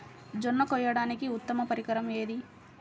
జొన్న కోయడానికి ఉత్తమ పరికరం ఏది?